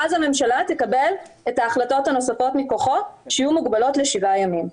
הממשלה תקבל את ההחלטות הנוספות מכוחו שיהיו מוגבלות לשבעה ימים.